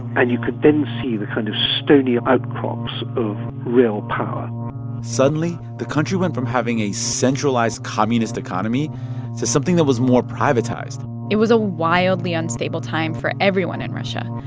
and you could then see the kind of stony outcrops of real power suddenly, the country went from having a centralized communist economy to something that was more privatized it was a wildly unstable time for everyone in russia.